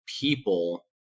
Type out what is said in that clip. people